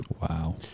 Wow